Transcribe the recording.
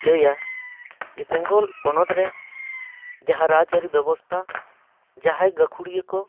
ᱞᱟᱹᱭᱟ ᱡᱮ ᱵᱮᱝᱜᱚᱞ ᱯᱚᱱᱚᱛ ᱨᱮ ᱡᱟᱦᱟᱸ ᱨᱟᱡᱽᱼᱟᱹᱨᱤ ᱵᱮᱵᱚᱥᱛᱟ ᱡᱟᱦᱟᱸᱭ ᱜᱟᱹᱜᱷᱩᱲᱤᱭᱟᱹ ᱠᱚ